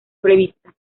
prevista